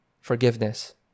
forgiveness